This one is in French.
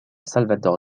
salvador